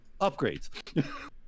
upgrades